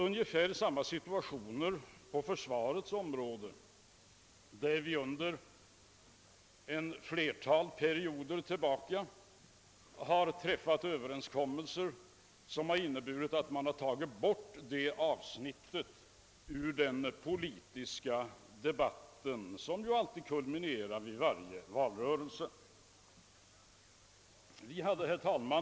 Ungefär samma situation har förelegat på försvarets område, där det under flera perioder träffats överenskommelser som inneburit, att försvarspolitiken uteslutits från den politiska debatt, som ju alltid kulminerar vid varje valrörelse. Herr talman!